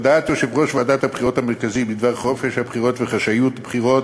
הודעת יושב-ראש ועדת הבחירות המרכזית בדבר חופש הבחירות וחשאיות הבחירות